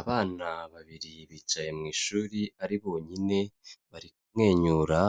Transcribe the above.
Abana babiri bicaye mu ishuri ari bonyine bari kumwenyura